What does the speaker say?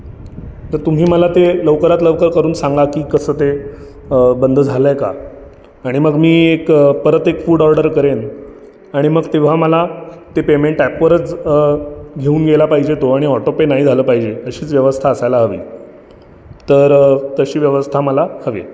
तर तुम्ही मला ते लवकरात लवकर करून सांगा की कसं ते बंद झालं आहे का आणि मग मी एक परत एक फूड ऑर्डर करेन आणि मग तेव्हा मला ते पेमेंट ॲपवरच घेऊन गेला पाहिजे तो आणि ऑटो पे नाही झालं पाहिजे अशीच व्यवस्था असायला हवी तर तशी व्यवस्था मला हवी आहे